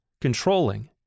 controlling